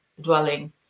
dwelling